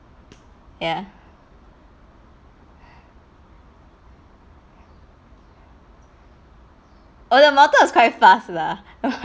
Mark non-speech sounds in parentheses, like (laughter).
ya (breath) err the motor was quite fast lah (laughs)